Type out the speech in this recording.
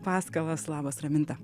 paskalas labas raminta